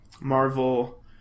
Marvel